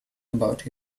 about